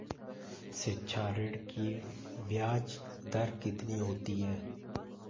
शिक्षा ऋण की ब्याज दर कितनी होती है?